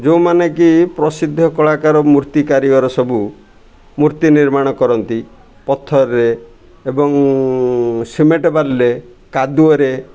ଯେଉଁମାନେ କି ପ୍ରସିଦ୍ଧ କଳାକାର ମୂର୍ତ୍ତି କାରିଗର ସବୁ ମୂର୍ତ୍ତି ନିର୍ମାଣ କରନ୍ତି ପଥରରେ ଏବଂ ସିମେଣ୍ଟ ବାଲିରେ କାଦୁଅରେ